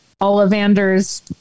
Ollivander's